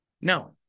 No